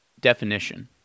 definition